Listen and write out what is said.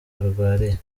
arwariye